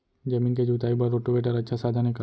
जमीन के जुताई बर रोटोवेटर अच्छा साधन हे का?